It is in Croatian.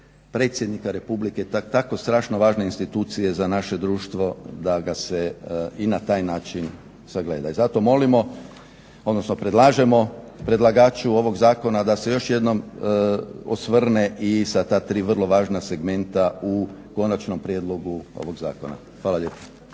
predsjednika Republike, tako strašno važne institucije za naše društvo da ga se i na taj način sagleda. I zato predlažemo predlagaču ovog zakona da se još jednom osvrne i sa ta tri vrlo važna segmenta u konačnom prijedlogu ovog zakona. Hvala lijepa.